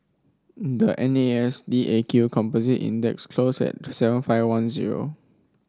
the N A S D A Q Composite Index closed at to seven five one zero